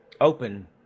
Open